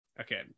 Okay